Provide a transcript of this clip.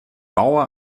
baue